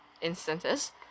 instances